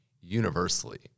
universally